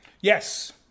Yes